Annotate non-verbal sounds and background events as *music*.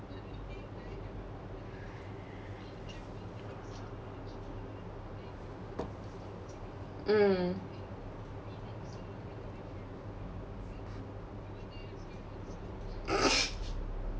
mm *laughs*